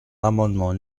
l’amendement